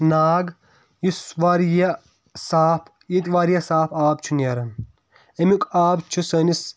ناگ یُس واریاہ صاف ییٚتہِ واریاہ صاف آب چھُ نیران اَمیُک آب چھُ سٲنِس